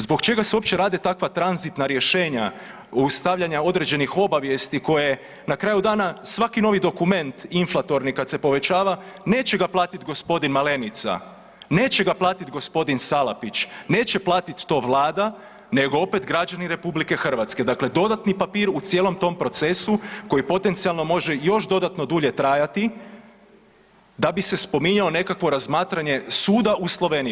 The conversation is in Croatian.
Zbog čega se uopće rade takva tranzitna rješenja stavljanja određenih obavijesti koje ne kraju dana svaki novi dokument inflatorni kad se povećava neće ga platiti gospodin Malenica, neće ga platiti gospodin Salapić, neće platiti to Vlada, nego opet građani RH, dakle dodatni papir u cijelom tom procesu koji potencijalno može još dodatno dulje trajati da bi se spominjao nekakvo razmatranje suda u Sloveniji.